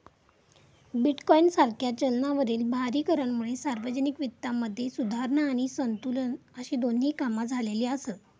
bitcoin सारख्या चलनावरील भारी करांमुळे सार्वजनिक वित्तामध्ये सुधारणा आणि संतुलन अशी दोन्ही कामा झालेली आसत